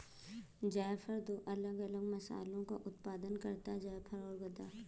जायफल दो अलग अलग मसालों का उत्पादन करता है जायफल और गदा